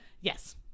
Yes